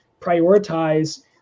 prioritize